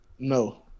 No